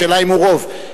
השאלה אם הוא רוב.